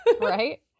right